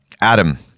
Adam